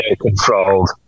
controlled